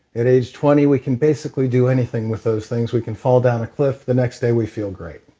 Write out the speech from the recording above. at age twenty we can basically do anything with those things. we can fall down a cliff, the next day we feel great.